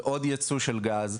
ועוד ייצוא של גז,